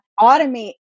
automate